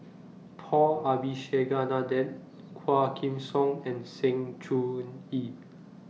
Paul Abisheganaden Quah Kim Song and Sng Choon Yee